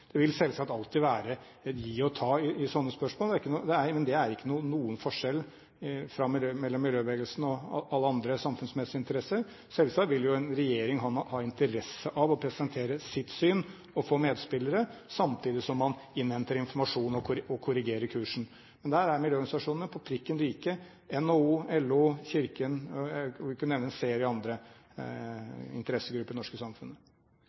men det er ikke noen forskjell på miljøbevegelsen og alle andre samfunnsmessige interesser. Selvsagt vil jo en regjering ha interesse av å presentere sitt syn og få medspillere, samtidig som man innhenter informasjon og korrigerer kursen. Men der er miljøorganisasjonene på prikken like NHO, LO og Kirken, og jeg kunne nevne en serie andre interessegrupper i det norske samfunnet.